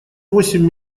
восемь